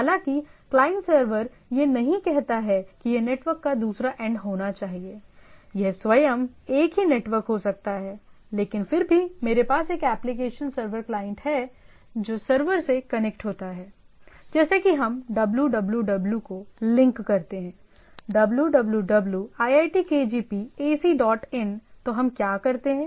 हालांकि client server यह नहीं कहता है कि यह नेटवर्क का दूसरा एंड होना चाहिए यह स्वयं एक ही नेटवर्क हो सकता है लेकिन फिर भी मेरे पास एक एप्लिकेशन सर्वर क्लाइंट है जो सर्वर से कनेक्ट होता है जैसे कि हम www को लिंक करते हैं www iitkgp ac dot in " तो हम क्या करते हैं